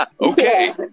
Okay